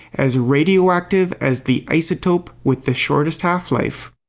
as radioactive as the isotope with the shortest half-life.